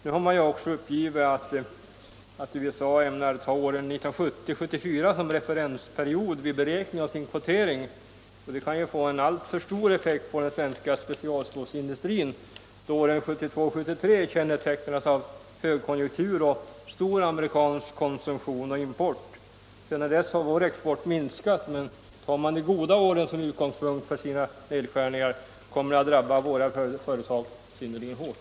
Det har också uppgivits att USA ämnar ta åren 1970-1974 som referensperiod vid beräkningen av sin kvotering. Detta kan medföra en alltför stor och svår effekt på den svenska specialstålsindustrin, då åren 1972 och 1973 kännetecknades av högkonjunktur med stor amerikansk konsumtion och import. Sedan dess har vår stålexport minskat. Tar man de goda åren som utgångspunkt vid sin beräkning av nedskärningar, kommer det att drabba våra företag synnerligen hårt.